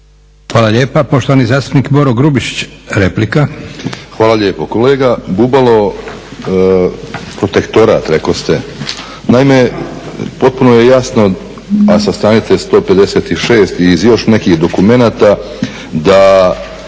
Hvala lijepa. Poštovani zastupnik Boro Grubišić, replika. **Grubišić, Boro (HDSSB)** Hvala lijepo. Kolega Bubalo protektorat rekoste, naime potpuno je jasno a sa stranice 156. i iz još nekih dokumenata da